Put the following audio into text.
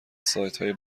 سایتهای